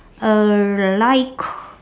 a light g~